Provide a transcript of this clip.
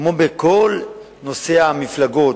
כמו בכל נושא המפלגות,